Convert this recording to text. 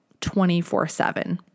24-7